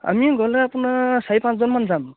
আমি গ'লে আপোনাৰ চাৰি পাঁচজনমান যাম